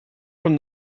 from